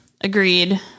Agreed